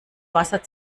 wasser